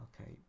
Okay